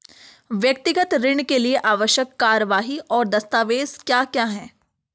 व्यक्तिगत ऋण के लिए आवश्यक कार्यवाही और दस्तावेज़ क्या क्या हैं?